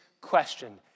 question